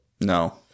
no